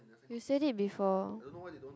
you said it before